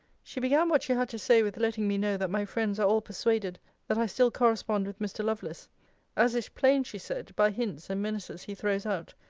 she began what she had to say with letting me know that my friends are all persuaded that i still correspond with mr. lovelace as is plain, she said, by hints and menaces he throws out,